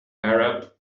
arab